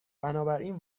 بنابراین